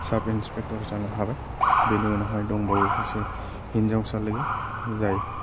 साब इन्सपेक्टर जानो हाबाय बेनि उनावहाय दंबावो सासे हिनजावसा लोगो जाइ